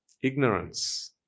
ignorance